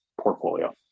portfolio